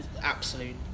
absolute